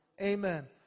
Amen